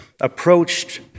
approached